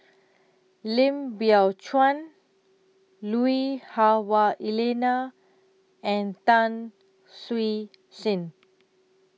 Lim Biow Chuan Lui Hah Wah Elena and Tan Siew Sin